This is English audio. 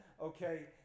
okay